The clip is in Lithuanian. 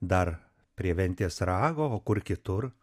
dar prie ventės rago o kur kitur